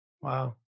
Wow